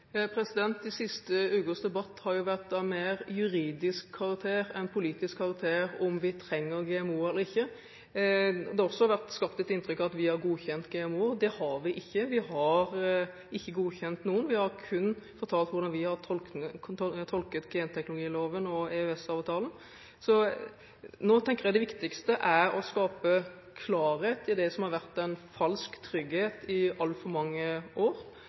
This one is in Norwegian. De siste ukers debatt har vært av mer juridisk enn politisk karakter, om vi trenger GMO-er eller ikke. Det har også vært skapt et inntrykk av at vi har godkjent GMO-er. Det har vi ikke. Vi har ikke godkjent noen, vi har kun fortalt hvordan vi har tolket genteknologiloven og EØS-avtalen. Nå tenker jeg det viktigste er å skape klarhet i det som har vært en falsk trygghet i altfor mange år.